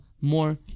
more